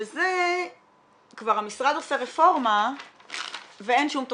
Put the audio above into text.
שזה כבר המשרד עושה רפורמה ואין שום תוספת,